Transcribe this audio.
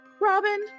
Robin